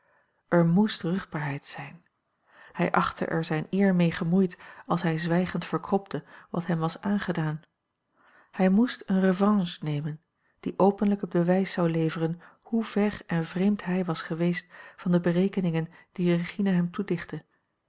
er moest ruchtbaarheid zijn hij achtte er zijn eer mee gemoeid als hij zwijgend verkropte wat hem was aangedaan hij moest een revanche nemen die openlijk het bewijs zou leveren hoe ver en vreemd hij was geweest van de berekeningen die regina hem